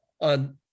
on